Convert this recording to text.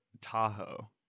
Tahoe